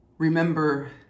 Remember